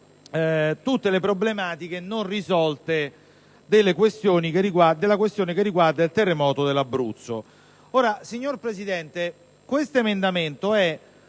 tutte le problematiche non risolte della questione che riguarda il terremoto dell'Abruzzo.